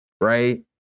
Right